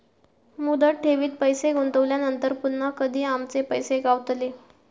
मुदत ठेवीत पैसे गुंतवल्यानंतर पुन्हा कधी आमचे पैसे गावतले?